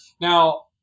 Now